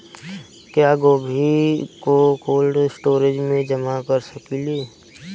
क्या गोभी को कोल्ड स्टोरेज में जमा कर सकिले?